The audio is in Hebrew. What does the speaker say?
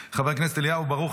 חבר הכנסת אליהו ברוכי,